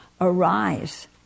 arise